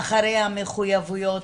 אחרי המחויבויות,